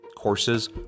Courses